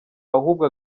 ahubwo